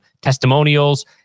testimonials